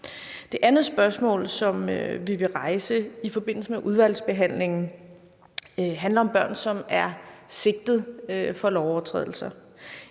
Det andet spørgsmål, som vi vil rejse i forbindelse med udvalgsbehandlingen, handler om børn, som er sigtet for lovovertrædelser.